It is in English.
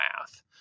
math